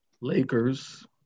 Lakers